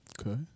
Okay